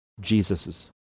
Jesus's